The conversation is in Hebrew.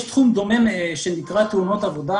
יש תחום דומה שנקרא תאונות עבודה,